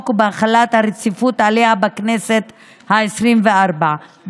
ובהחלת רציפות עליה בכנסת העשרים-וארבע,